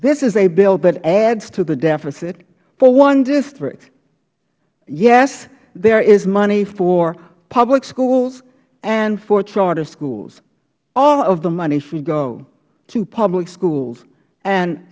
this is a bill that adds to the deficit for one district yes there is money for public schools and for charter schools all of the money should go to public schools and